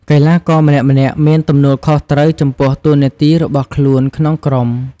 កីឡាករម្នាក់ៗមានទំនួលខុសត្រូវចំពោះតួនាទីរបស់ខ្លួនក្នុងក្រុម។